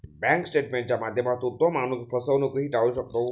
bank स्टेटमेंटच्या माध्यमातून तो माणूस फसवणूकही टाळू शकतो